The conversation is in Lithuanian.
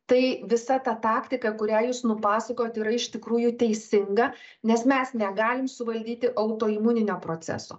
tai visa ta taktika kurią jūs nupasakot yra iš tikrųjų teisinga nes mes negalim suvaldyti autoimuninio proceso